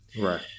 Right